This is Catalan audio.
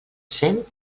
cent